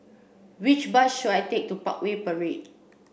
which bus should I take to Parkway Parade